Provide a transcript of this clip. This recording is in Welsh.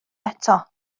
eto